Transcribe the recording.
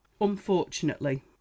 unfortunately